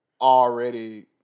already